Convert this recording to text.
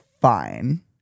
fine